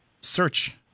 search